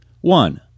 one